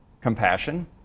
compassion